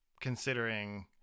considering